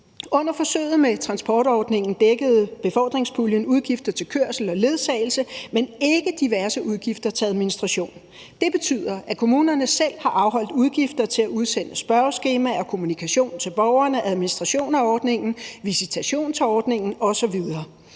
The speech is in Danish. Under forsøget med transportordningen dækkede befordringspuljen udgifter til kørsel og ledsagelse, men ikke diverse udgifter til administration. Det betyder, at kommunerne selv har afholdt udgifter til at udsende spørgeskemaer og anden kommunikation til borgerne, til administration af ordningen, til visitationsordningen osv.